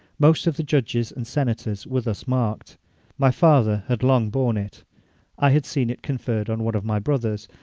most of the judges and senators were thus marked my father had long born it i had seen it conferred on one of my brothers,